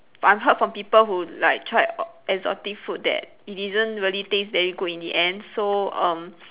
but I've heard from people who like tried o~ exotic food that it didn't really taste very good in the end so um